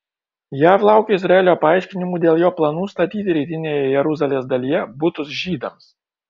jav laukia izraelio paaiškinimų dėl jo planų statyti rytinėje jeruzalės dalyje butus žydams